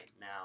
now